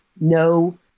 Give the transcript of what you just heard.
No